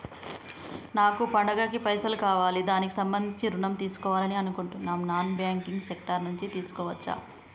నాకు పండగ కి పైసలు కావాలి దానికి సంబంధించి ఋణం తీసుకోవాలని అనుకుంటున్నం నాన్ బ్యాంకింగ్ సెక్టార్ నుంచి తీసుకోవచ్చా?